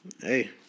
Hey